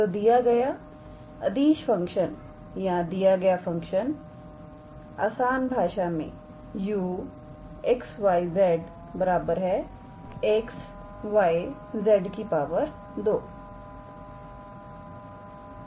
तो दिया गया अदिश फंक्शन या दिया गया फंक्शन आसान भाषा में 𝑢𝑥 𝑦 𝑧 𝑥𝑦𝑧 2 है